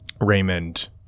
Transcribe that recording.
Raymond-